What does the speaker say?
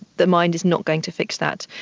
the mind is not going to fix that.